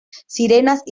sirenas